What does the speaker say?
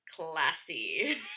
classy